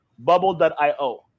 bubble.io